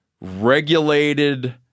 regulated